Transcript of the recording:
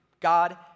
God